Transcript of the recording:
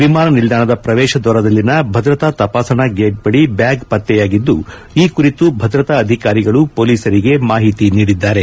ವಿಮಾನ ನಿಲ್ದಾಣದ ಪ್ರವೇಶ ದ್ವಾರದಲ್ಲಿನ ಭದ್ರತಾ ತಪಾಸಣಾ ಗೇಟ್ ಬಳಿ ಬ್ಯಾಗ್ ಪತ್ತೆಯಾಗಿದ್ದು ಈ ಕುರಿತು ಭದ್ರತಾ ಅಧಿಕಾರಿಗಳು ಪೊಲೀಸರಿಗೆ ಮಾಹಿತಿ ನೀಡಿದ್ದಾರೆ